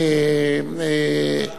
הסברה.